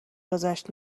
گذشت